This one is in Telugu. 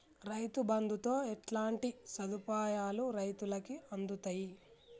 రైతు బంధుతో ఎట్లాంటి సదుపాయాలు రైతులకి అందుతయి?